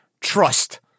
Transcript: Trust